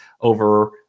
over